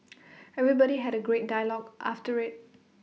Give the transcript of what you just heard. everybody had A great dialogue after IT